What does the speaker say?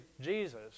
Jesus